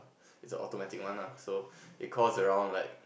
it's a automatic one ah so it cost around like